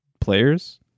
players